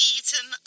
Eaten